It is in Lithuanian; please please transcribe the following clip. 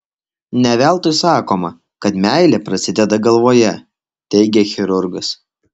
ne veltui sakoma kad meilė prasideda galvoje teigia chirurgas